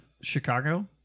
Chicago